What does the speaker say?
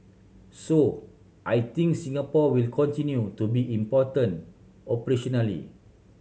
so I think Singapore will continue to be important operationally